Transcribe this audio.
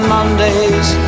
Mondays